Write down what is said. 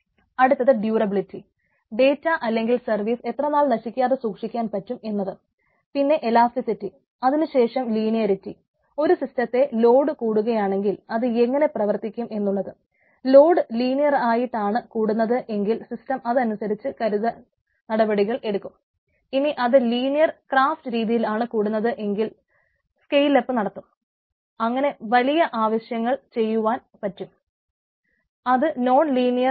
അടുത്തത് ഡൂറബലിറ്റി രീതിയിൽ ആയിരിക്കും ചെയ്യുക